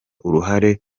uruhare